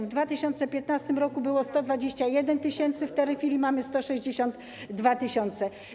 W 2015 r. było 121 tys., w tej chwili mamy 162 tys.